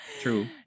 true